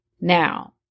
Now